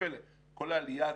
לפני שבועיים זוג